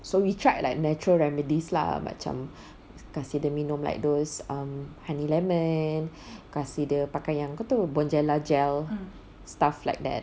so we tried like natural remedies lah macam kasih dia minum like those um honey lemon kasih dia pakai yang kau tahu bonjela gel stuff like that